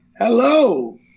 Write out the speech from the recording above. Hello